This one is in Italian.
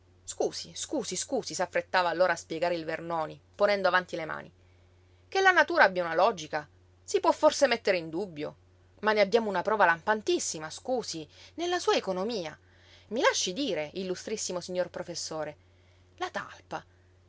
scusi scusi scusi s'affrettava allora a spiegare il vernoni ponendo avanti le mani che la natura abbia una logica si può forse mettere in dubbio ma ne abbiamo una prova lampantissima scusi nella sua economia i lasci dire illustrissimo signor professore la talpa